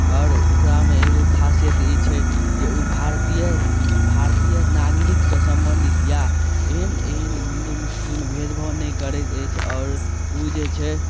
आओर ओकरामे एगो खासियत ई छै जे ओ भारतीय भारतीय नागरिकसँ सम्बन्धित या एहन एहन हिन्दू मुस्लिममे भेदभाव नहि करैत अछि आओर ओ जे छै